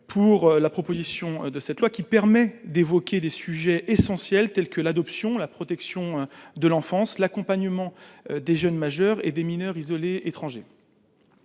pour la proposition de cette loi qui permet d'évoquer des sujets essentiels tels que l'adoption, la protection de l'enfance, l'accompagnement des jeunes majeurs et des mineurs isolés étrangers,